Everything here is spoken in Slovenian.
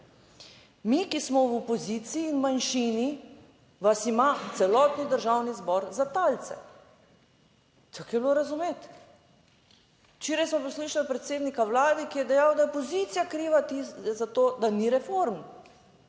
Mi, ki smo v opoziciji in v manjšini, vas ima celotni Državni zbor za talce. Tako je bilo razumeti. Včeraj smo poslušali predsednika vlade, ki je dejal, da je opozicija kriva za to, da ni reform.